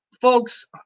folks